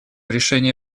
решения